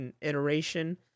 iteration